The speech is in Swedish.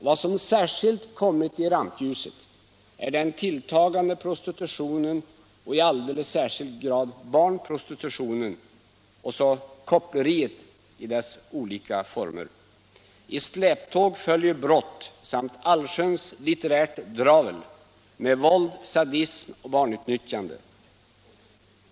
Vad som särskilt kommit i rampljuset är den tilltagande prostitutionen, i alldeles särskild grad barnprostitutionen, samt koppleriet i olika former. I släptåg följer brott samt allsköns litterärt dravel med våld, sadism och barnutnyttjande.